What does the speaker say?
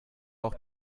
auch